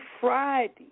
Friday